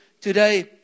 today